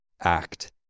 act